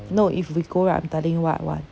no if we go right I'm telling you what I want